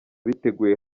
biteguye